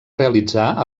realitzar